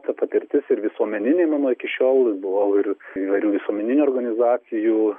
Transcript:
ta patirtis ir visuomeninė mano iki šiol buvau ir įvairių visuomeninių organizacijų